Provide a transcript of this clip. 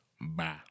Bye